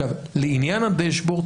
לעניין הדשבורד,